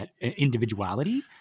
individuality